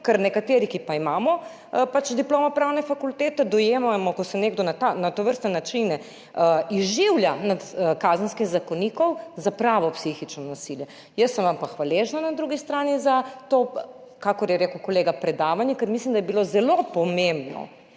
Ker nekateri, ki pa imamo pač diplomo pravne fakultete, dojemamo, ko se nekdo na tovrstne načine izživlja nad Kazenskim zakonikom, kot pravo psihično nasilje. Jaz sem vam pa hvaležna na drugi strani za to, kakor je rekel kolega, predavanje, ker mislim, da je bilo zelo pomembno,